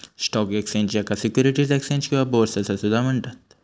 stock exchange, याका securities exchange किंवा bourse असा सुद्धा म्हणतत